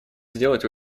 сделать